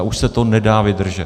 Už se to nedá vydržet.